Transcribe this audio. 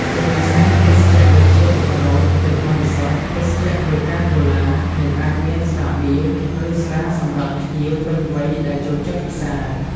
ជាពិសេសភេសជ្ជៈដូចជាទឹកក្រូច ទឹកបរិសុទ្ធ ភេសជ្ជៈកូកា-កូឡា និងអាចមានស្រាបៀរ ឬស្រាសម្រាប់ភ្ញៀវពេញវ័យដែលចូលចិត្តពិសារ។